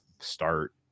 start